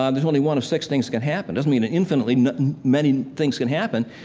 ah there's only one of six things can happen, doesn't mean that infinitely many things can happen.